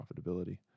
profitability